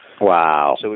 Wow